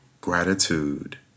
gratitude